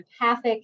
empathic